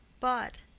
but,